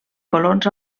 colons